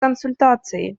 консультации